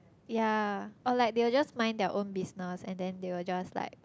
yea or like they will just mind their own business and then they will just like